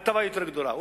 ההטבה יותר גדולה.